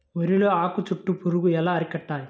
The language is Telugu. వరిలో ఆకు చుట్టూ పురుగు ఎలా అరికట్టాలి?